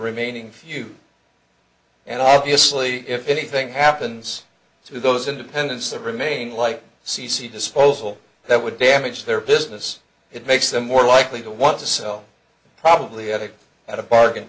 remaining few and obviously if anything happens to those independents that remain like c c disposal that would damage their business it makes them more likely to want to sell probably at a at a bargain